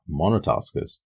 monotaskers